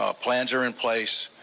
ah plans are in place,